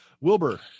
Wilbur